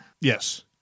yes